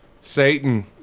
Satan